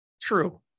True